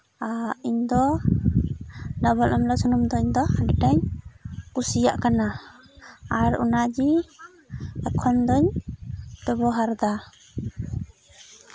ᱤᱧ ᱫᱚ ᱰᱟᱵᱚᱨ ᱟᱢᱞᱟ ᱥᱩᱱᱩᱢ ᱫᱚ ᱤᱧ ᱫᱚ ᱟᱹᱰᱤᱴᱟᱧ ᱠᱩᱥᱤᱭᱟᱜ ᱠᱟᱱᱟ ᱟᱨ ᱚᱱᱟᱜᱮ ᱮᱠᱷᱚᱱ ᱫᱚᱧ ᱵᱮᱵᱚᱦᱟᱨ ᱮᱫᱟ